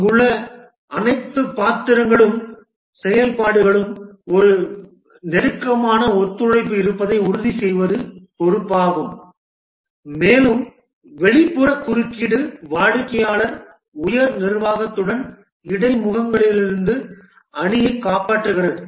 அங்குள்ள அனைத்து பாத்திரங்களும் செயல்பாடுகளும் ஒரு நெருக்கமான ஒத்துழைப்பு இருப்பதை உறுதிசெய்வது பொறுப்பாகும் மேலும் வெளிப்புற குறுக்கீடு வாடிக்கையாளர் உயர் நிர்வாகத்துடன் இடைமுகங்களிலிருந்து அணியைக் காப்பாற்றுகிறது